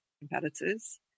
competitors